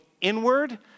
inward